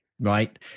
right